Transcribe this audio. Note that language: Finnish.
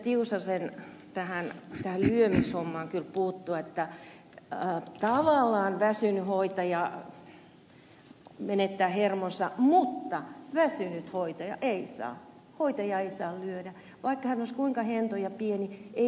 tiusasen lyömishommaan kyllä puuttua että tavallaan väsynyt hoitaja menettää hermonsa mutta väsynyt hoitaja ei saa lyödä vaikka hän olisi kuinka hento ja pieni